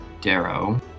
Darrow